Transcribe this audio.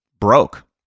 broke